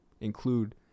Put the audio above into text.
include